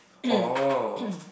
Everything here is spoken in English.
orh